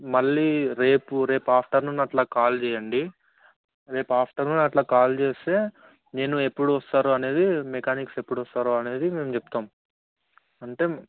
మళ్ళీ రేపు రేపు ఆఫ్టర్నూన్ అట్లా కాల్ చేయండి రేపు ఆఫ్టర్నూన్ అట్లా కాల్ చేస్తే నేను ఎప్పుడు వస్తారు అనేది మెకానిక్స్ ఎప్పుడు వస్తారు అనేది మేము చెప్తాము అంటే